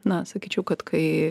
na sakyčiau kad kai